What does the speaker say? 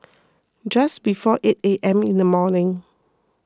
just before eight A M in the morning